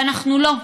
ואנחנו לא.